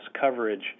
coverage